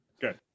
Good